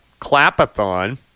Clapathon